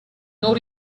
non